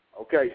Okay